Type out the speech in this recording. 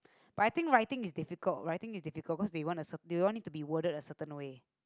but I think writing is difficult writing is difficult cause they want to they all need to be worded a certain way